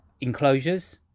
enclosures